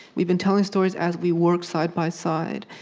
we've been telling stories as we work, side by side.